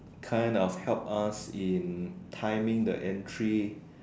kind of help us in timing the entry